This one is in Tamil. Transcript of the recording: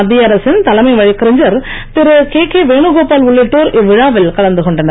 மத்திய அரசின் தலைமை வழக்கறிஞர் திரு கே கே வேணுகோபால் உள்ளிட்டோர் இவ்விழாவில் கலந்து கொண்டனர்